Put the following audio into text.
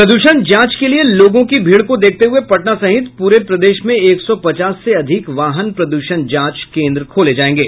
प्रद्षण जांच के लिये लोगों की भीड़ को देखते हुये पटना सहित पूरे प्रदेश में एक सौ पचास से अधिक वाहन प्रद्षण जांच केन्द्र खोले जायेंगे